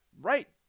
right